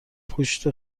پشت